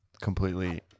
completely